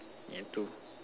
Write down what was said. ya two